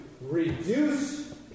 reduce